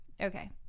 Okay